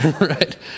Right